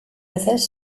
veces